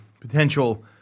potential